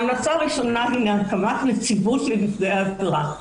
ההמלצה הראשונה היא הקמת נציבות לנפגעי עבירה.